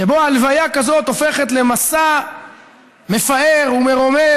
שבו הלוויה כזאת הופכת למסע מפאר ומרומם